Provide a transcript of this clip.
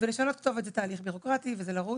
ולשנות כתובת זה תהליך בירוקרטי וזה לרוץ.